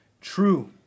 true